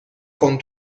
con